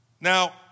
Now